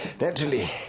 Naturally